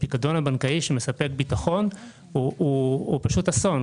הפיקדון הבנקאי שמספק ביטחון הוא פשוט אסון.